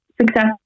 success